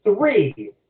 three